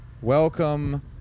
welcome